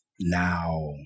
Now